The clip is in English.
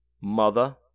mother